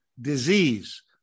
disease